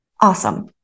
Awesome